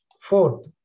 fourth